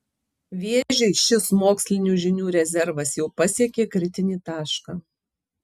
vėžiui šis mokslinių žinių rezervas jau pasiekė kritinį tašką